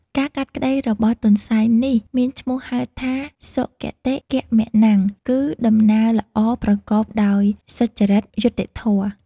ការកាត់ក្តីរបស់ទន្សាយនេះមានឈ្មោះហៅថា សុគតិគមនំ គឺដំណើរល្អប្រកបដោយ សុចរិតយុត្តិធម៌។